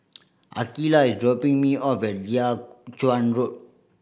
Akeelah is dropping me off at Chuan Road